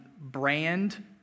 brand